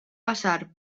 passar